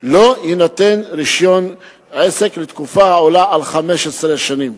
לא יינתן רשיון עסק לתקופה העולה על 15 שנים.